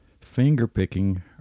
finger-picking